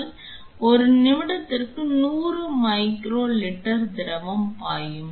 எனவே ஒரு நிமிடத்திற்கு 100 மைக்ரோ லிட்டர் திரவம் பாயும்